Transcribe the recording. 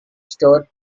store